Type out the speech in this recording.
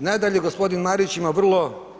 Nadalje, g. Marić ima